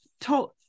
told